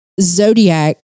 Zodiac